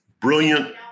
brilliant